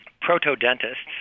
proto-dentists